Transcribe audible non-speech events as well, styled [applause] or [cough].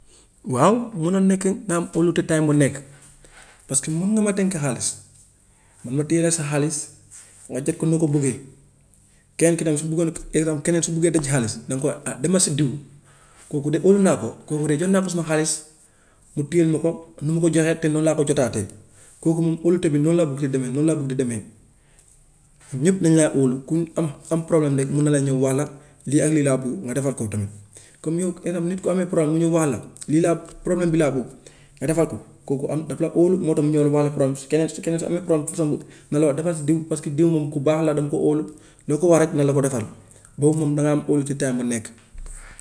Waan mun na nekk nga am óolute time bu nekk, [noise] parce que mun nga ma dénk xaalis, man ma téyel la sa xaalis nga jot ko ni nga ko buggee, keneen ki tamit su buggoon yow tam keneen su buggee denc xaalis danga koy wax ah demal si diw kooku de óolu naa ko, kooku de jox naa ko suma xaalis mu téyel ma ko nu ma ko joxee te noonu laa ko jotaatee, kooku moom óolute bi noonu laa bëgg di demee, noonu la bugg di demee. [noise] ñëpp dañ lay óolu ku am am problème rek mun na la ñëw wax la, lii ak lii laa buggu nga defal kooku tamit. Comme yow [unintelligible] nit ku amee problème mu ñëw wax la ko, lii laa, problème bii laa buggu nga defal ko, kooku am daf la óolu moo tax mu ñëw rek wax la problème, su keneen su keneen su amee problème façon boobu na la wax defal si diw, parce que diw moom ku baax la, dama ko óolu, loo ko wax rek na la ko defal, boobu moom na nga am óolute time bu nekk.